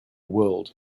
world